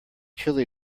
chili